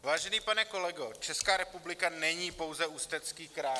Vážený pane kolego, Česká republika není pouze Ústecký kraj.